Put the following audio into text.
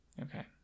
Okay